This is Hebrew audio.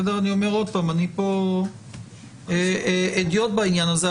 אני אומר עוד פעם, אני פה הדיוט בעניין הזה.